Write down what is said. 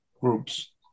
groups